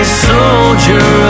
soldier